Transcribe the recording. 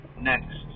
next